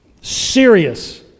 serious